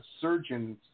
surgeon's